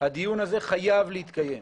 הדיון הזה חייב להתקיים.